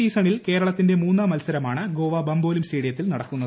സീസണിൽ കേരളത്തിന്റെ മൂന്നാം ഈ മത്സരമാണ് ഗോവ ബംബോലിം സ്റ്റേഡിയത്തിൽ നടക്കുന്നത്